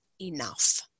enough